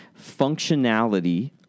functionality